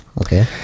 Okay